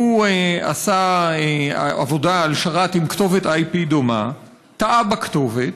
עשה עבודה על שרת עם כתובת IP דומה, טעה בכתובת,